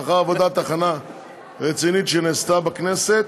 לאחר עבודת הכנה רצינית שנעשתה בכנסת,